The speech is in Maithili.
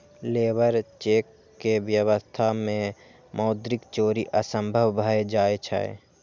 लेबर चेक के व्यवस्था मे मौद्रिक चोरी असंभव भए जाइ छै